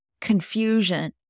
confusion